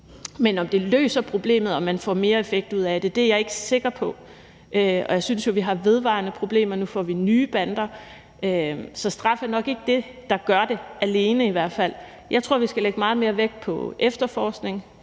men om det løser problemet, om man får mere effekt ud af det, er jeg ikke sikker på. Jeg synes jo, vi har vedvarende problemer, og nu får vi nye bander, så straf er nok ikke det, der i hvert fald alene gør det. Jeg tror, vi skal lægge meget mere vægt på efterforskning,